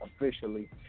officially